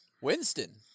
Winston